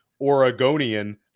Oregonian